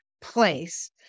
place